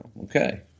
Okay